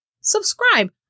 subscribe